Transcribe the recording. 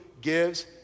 gives